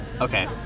Okay